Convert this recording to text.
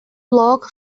block